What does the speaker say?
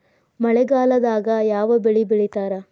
ಮಳೆಗಾಲದಾಗ ಯಾವ ಬೆಳಿ ಬೆಳಿತಾರ?